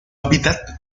hábitat